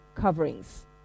Coverings